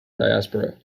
diaspora